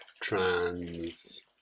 trans